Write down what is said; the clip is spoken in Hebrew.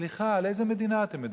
סליחה, על איזו מדינה אתם מדברים?